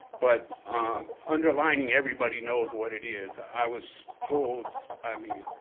but underlying, everybody knows what it is. i was told, i mean,